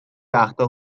وقتا